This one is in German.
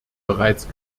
bereits